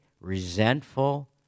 resentful